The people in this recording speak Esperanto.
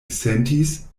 sentis